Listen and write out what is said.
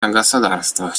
государствах